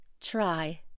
Try